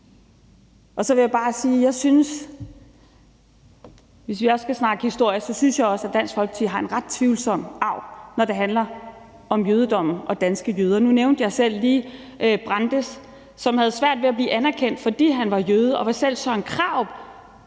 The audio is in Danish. Så vil jeg bare sige, hvis vi også skal snakke historie, at jeg også synes, Dansk Folkeparti har en ret tvivlsom arv, når det handler om jødedommen og danske jøder. Nu nævnte jeg selv lige Georg Brandes, som havde svært ved at blive anerkendt, fordi han var jøde, og selv Søren Krarup